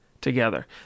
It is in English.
together